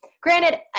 Granted